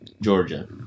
Georgia